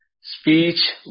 speech